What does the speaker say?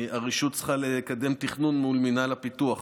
הרשות צריכה לקדם תכנון מול מינהל הפיתוח.